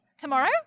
tomorrow